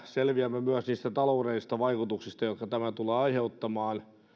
selviämme myös niistä taloudellisista vaikutuksista jotka tämä tulee aiheuttamaan